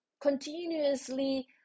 continuously